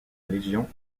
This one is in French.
légion